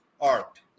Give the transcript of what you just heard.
Art